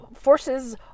forces